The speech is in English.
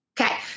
Okay